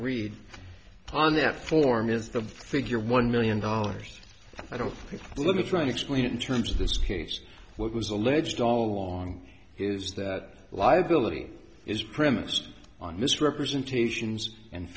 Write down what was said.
read on that form is the figure one million dollars i don't let me try to explain it in terms of this case what was alleged all along is that live billing is premised on misrepresentations and